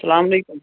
اَسلامُ عَلیکُم